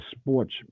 sports